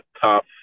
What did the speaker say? top